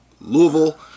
Louisville